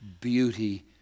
beauty